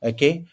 Okay